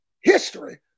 history